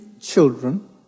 children